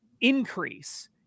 increase